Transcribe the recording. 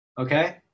okay